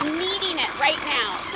kneading it right now.